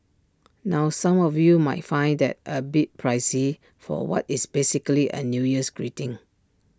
now some of you might find that A bit pricey for what is basically A new year's greeting